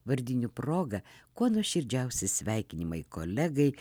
vardinių proga kuo nuoširdžiausi sveikinimai kolegai